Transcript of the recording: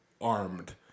armed